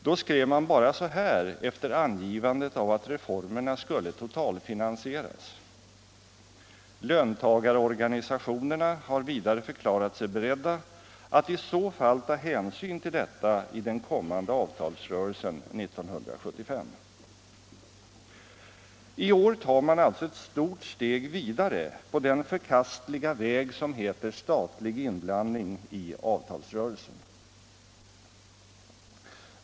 Då skrev man bara så här efter angivandet av att reformerna skulle totalfinansieras: ”Löntagarorganisationerna har vidare förklarat sig beredda att i så fall ta hänsyn till detta i den kommande avtalsrörelsen 1975.” I år tar man alltså ett stort steg vidare på den förkastliga väg som heter statlig inblandning i avtalsrörelsen.